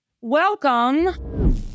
Welcome